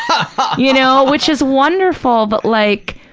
but you know, which is wonderful, but like,